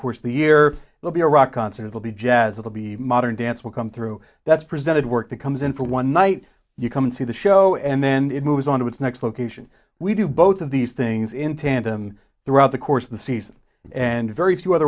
course of the year it will be a rock concert it will be jazz it'll be modern dance will come through that's presented work that comes in for one night you come see the show and then it moves on to its next location we do both of these things in tandem throughout the course of the season and very few other